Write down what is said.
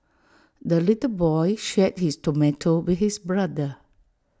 the little boy shared his tomato with his brother